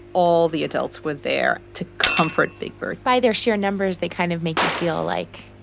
all the adults were there to comfort big bird by their sheer numbers, they kind of make you feel like.